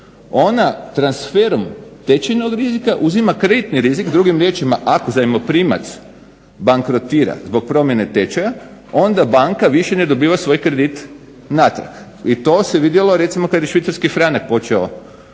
Ona transferom tečajnog rizika uzima kreditni rizik. Drugim riječima ako zajmoprimac bankrotira zbog promjene tečaja onda banka više ne dobiva svoj kredit natrag. I to se vidjelo recimo kada je švicarski franak